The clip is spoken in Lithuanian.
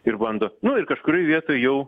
ir bando nu ir kažkurioj vietoj jau